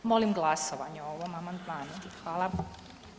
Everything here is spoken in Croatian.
Molim glasovanje o ovom amandmanu.